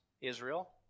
Israel